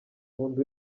nkunda